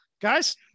guys